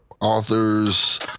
authors